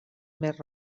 més